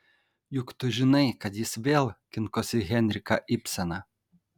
juk tu žinai kad jis vėl kinkosi henriką ibseną